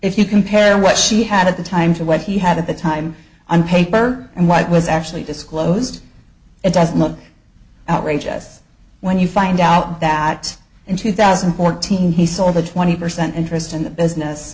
if you compare what she had at the time to what he had at the time i'm paper and what was actually disclosed it does not outrage us when you find out that in two thousand and fourteen he sold the twenty percent interest in the business